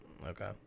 Okay